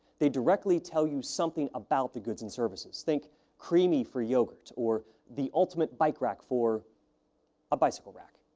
they directly tell you something about the goods and services. think creamy for yogurt or the ultimate bike rack for a bicycle rack.